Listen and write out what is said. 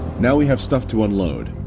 now we have stuff to unload.